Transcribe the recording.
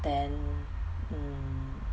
then mm